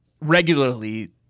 regularly